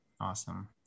Awesome